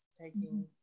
taking